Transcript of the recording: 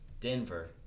Denver